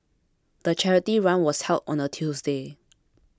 the charity run was held on a Tuesday